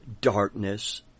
darkness